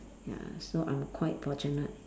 ya so I'm quite fortunate